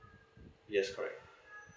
yes correct